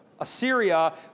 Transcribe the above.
Assyria